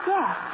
Yes